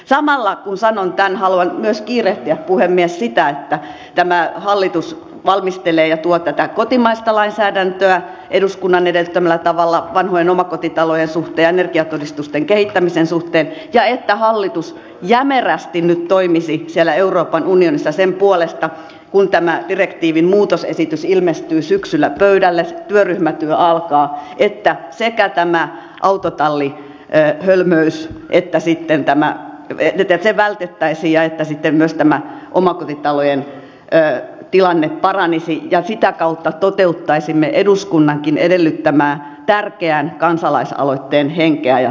samalla kun sanon tämän haluan myös kiirehtiä puhemies sitä että tämä hallitus valmistelee ja tuo tätä kotimaista lainsäädäntöä eduskunnan edellyttämällä tavalla vanhojen omakotitalojen suhteen ja energiatodistusten kehittämisen suhteen ja että hallitus jämerästi nyt toimisi siellä euroopan unionissa kun tämä direktiivin muutosesitys ilmestyy syksyllä pöydälle ja työryhmätyö alkaa sen puolesta että sekä tämä autotallihölmöys vältettäisiin että sitten myös tämä omakotitalojen tilanne paranisi ja sitä kautta toteuttaisimme eduskunnankin edellyttämää tärkeän kansalaisaloitteen henkeä ja tavoitetta